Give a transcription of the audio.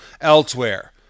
elsewhere